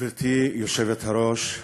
גברתי היושבת-ראש,